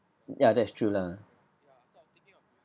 ya that's true lah